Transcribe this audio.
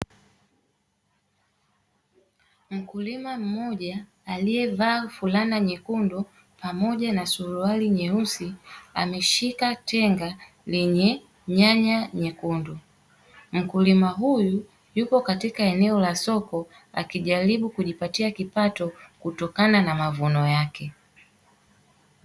Mkulima mmoja aliyevaa fulana nyekundu pamoja na suruali nyeusi ameshika tenga lenye nyanya nyekundu, mkulima huyu yupo katika eneo la soko akijaribu kujipatia kipato kutokana na mavuno yake.